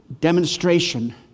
demonstration